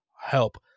help